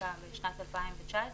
לסטטיסטיקה בשנת 2019,